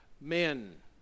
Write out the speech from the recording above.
men